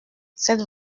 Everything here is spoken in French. cette